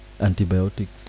antibiotics